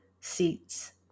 seats